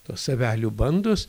tos avelių bandos